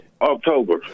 October